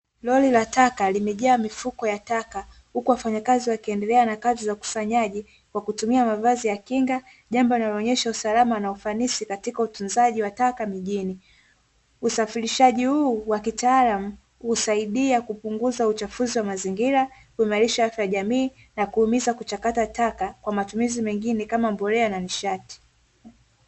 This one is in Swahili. roli la taka lililo jaa mifuko ya taka huku wakusanyaji, wakivaa mavazi maalumu, kuhakikisha usalama wa afya zao, usafirishaji huu wa kitaalamu husaidia kupunguza uchafuzi wa mazingira kuimalisha afya ya jamii na kuhimiza kuchakata taka kwa matumizi mengine kama mbolea na nishati